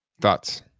Thoughts